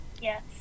Yes